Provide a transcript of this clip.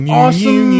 awesome